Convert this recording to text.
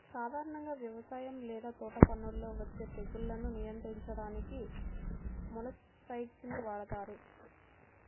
సాధారణంగా వ్యవసాయం లేదా తోటపనుల్లో వచ్చే తెగుళ్లను నియంత్రించడానికి మొలస్సైడ్స్ ని వాడుతారు